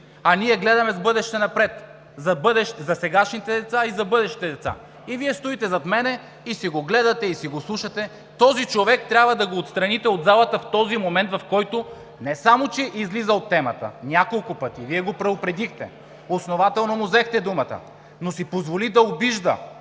а ние гледаме с бъдеще напред – за сегашните деца и за бъдещите деца. И Вие стоите зад мен и си го гледате, и си го слушате. Този човек трябва да го отстраните от залата в този момент, в който, не само че излиза от темата няколко пъти, Вие го предупредихте, основателно му взехте думата, но си позволи да обижда,